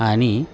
आणि